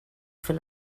fer